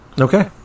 Okay